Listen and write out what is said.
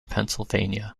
pennsylvania